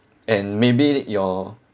and maybe your